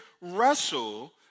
wrestle